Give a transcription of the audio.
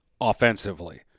offensively